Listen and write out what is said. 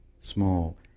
small